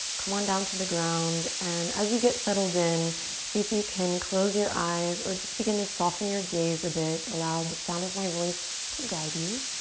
come on down to the ground and as you get settled in see if you can close your eyes or just begin to soften your gaze a bit, allow the sound of my voice to guide you.